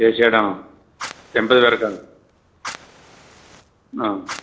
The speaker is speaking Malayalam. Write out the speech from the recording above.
ആണോ എണ്പത് പേര്ക്കാണോ ആ